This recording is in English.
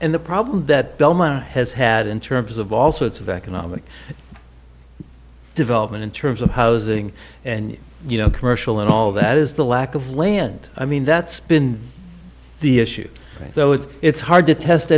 and the problem that has had in terms of all sorts of economic development in terms of housing and you know commercial and all that is the lack of land i mean that's been the issue so it's it's hard to test